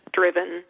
driven